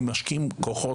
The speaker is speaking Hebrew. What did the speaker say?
הם משקיעים כוחות,